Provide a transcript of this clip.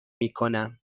میکنم